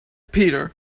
peter